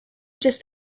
just